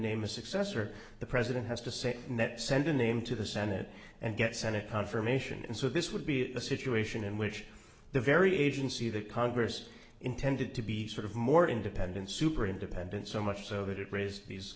name a successor the president has to say that send a name to the senate and get senate confirmation and so this would be a situation in which the very agency that congress intended to be sort of more independent super independent so much so that it raised these